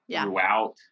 throughout